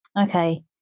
Okay